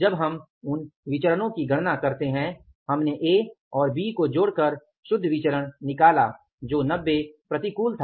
जब हम उन विचरणो की गणना करते हैं हमने ए और बी को जोड़कर शुध्ह विचरण निकाला जो 90 प्रतिकूल था